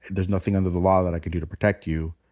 there's nothing under the law that i can do to protect you.